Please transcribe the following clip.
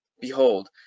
behold